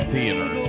Theater